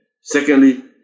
Secondly